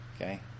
Okay